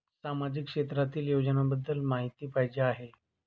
सामाजिक क्षेत्रातील योजनाबद्दल माहिती पाहिजे आहे?